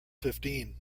fifteen